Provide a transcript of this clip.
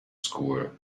school